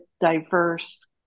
diverse